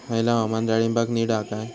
हयला हवामान डाळींबाक नीट हा काय?